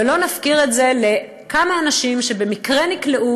ולא נפקיר את זה לכמה אנשים שבמקרה נקלעו